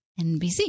NBC